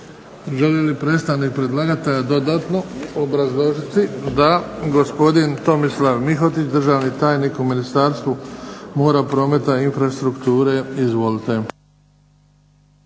Želi li predstavnik predlagatelja dodatno obrazložiti? Da. Gospodin Tomislav MIhotić, državni tajnik u Ministarstvu mora, prometa i infrastrukture, izvolite.